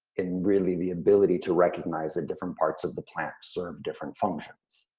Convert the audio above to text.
in really the ability to recognize that different parts of the plant serve different functions.